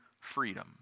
freedom